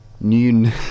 Noon